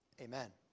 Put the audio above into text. Amen